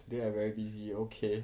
today I very busy okay